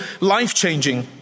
life-changing